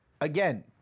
Again